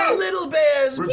little bears,